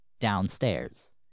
downstairs